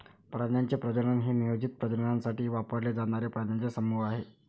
प्राण्यांचे प्रजनन हे नियोजित प्रजननासाठी वापरले जाणारे प्राण्यांचे समूह आहे